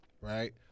right